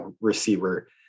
receiver